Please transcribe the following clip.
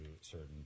certain